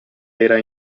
era